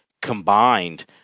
combined